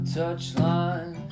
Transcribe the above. touchline